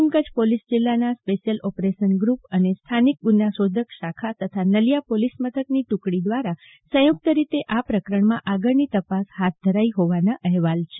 પશ્ચિમ કચ્છ પોલીસ જિલ્લાના special operation ગ્રુપએ સ્થાનિક ગુના શોધક શાખા તથા નલીયા પોલીસ મથકની ટુકડી દ્વારા સંયુક્ત રીતે આ પ્રકરણમાં આગળની તપાસ હાથ ધરાઈ છે